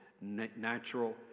natural